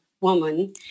woman